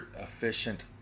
efficient